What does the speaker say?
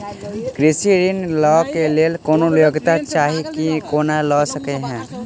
कृषि ऋण लय केँ लेल कोनों योग्यता चाहि की कोनो लय सकै है?